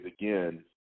again